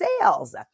sales